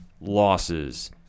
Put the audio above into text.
losses